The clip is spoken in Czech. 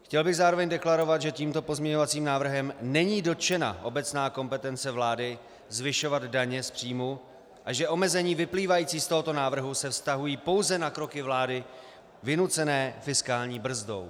Chtěl bych zároveň deklarovat, že tímto pozměňovacím návrhem není dotčena obecná kompetence vlády zvyšovat daně z příjmu a že omezení vyplývající z tohoto návrhu se vztahují pouze na kroky vlády vynucené fiskální brzdou.